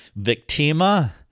victima